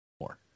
more